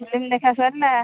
film ଦେଖା ସରିଲା